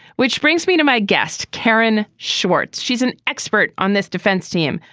which brings me to my guest, karen schwartz. she's an expert on this defense team,